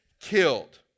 killed